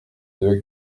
deux